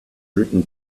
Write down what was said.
written